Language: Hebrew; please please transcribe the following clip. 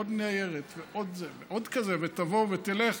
עוד ניירת ועוד זה ועוד כזה, ותבוא, ותלך.